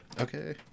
Okay